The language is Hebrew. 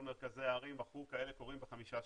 מרכזי הערים מכרו כאלה קוראים ב-5 שקלים.